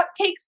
cupcakes